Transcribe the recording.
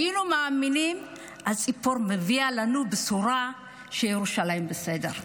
היינו מאמינים שהציפור מביאה לנו בשורה שירושלים בסדר.